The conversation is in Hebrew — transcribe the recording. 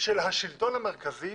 של השלטון המרכזי